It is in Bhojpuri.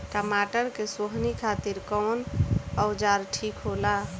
टमाटर के सोहनी खातिर कौन औजार ठीक होला?